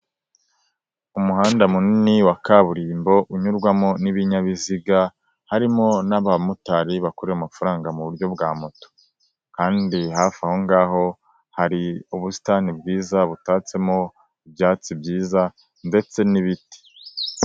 Umuhanda munini wa kaburimbo unyurwamo n'ibinyabiziga, harimo n'abamotari bakorera amafaranga mu buryo bwa moto, kandi hafi aho ngaho hari ubusitani bwiza butatsemo ibyatsi byiza ndetse n'ibiti.